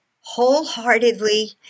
wholeheartedly